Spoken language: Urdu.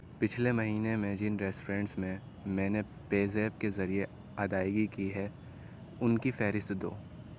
پچھلے مہینے میں جن ریسٹورنٹس میں میں نے پے زیپ کے ذریعے ادائیگی کی ہے ان کی فہرست دو